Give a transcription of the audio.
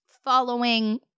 Following